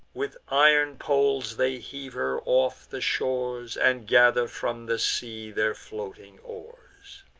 with iron poles they heave her off the shores, and gather from the sea their floating oars.